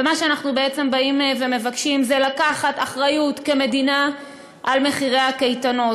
מה שאנחנו באים ומבקשים זה לקחת אחריות כמדינה על מחירי הקייטנות.